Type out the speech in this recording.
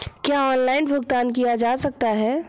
क्या ऑनलाइन भुगतान किया जा सकता है?